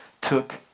took